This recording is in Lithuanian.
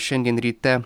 šiandien ryte